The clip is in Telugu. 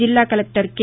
జిల్లా కలెక్టర్ కె